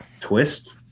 twist